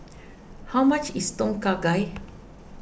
how much is Tom Kha Gai